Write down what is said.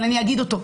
אבל אני אגיד אותו: